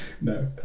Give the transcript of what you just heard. No